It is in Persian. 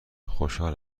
خوشحال